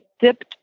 dipped